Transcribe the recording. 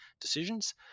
decisions